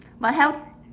but health